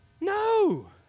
No